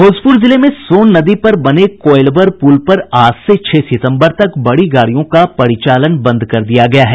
भोजपुर जिले में सोन नदी पर बने कोईलवर पुल पर आज से छह सितम्बर तक बड़ी गाड़ियों का परिचालन बंद कर दिया गया है